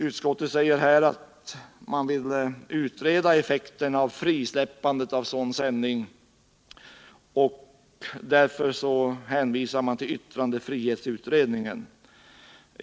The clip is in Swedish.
Utskottet säger att man vill utreda effekterna av frisläppandet av sådan sändning och hänvisar därför till yttrandefrihetsutredningen.